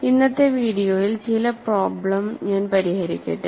ഇന്നത്തെ വീഡിയോയിൽ ചില പ്രോബ്ലെം ഞാൻ പരിഹരിക്കട്ടെ